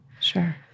Sure